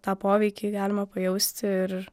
tą poveikį galima pajausti ir